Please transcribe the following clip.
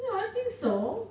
ya I think so